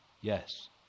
Yes